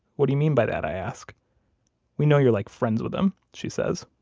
what do you mean by that? i ask we know you're like friends with him, she says